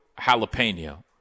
jalapeno